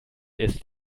ist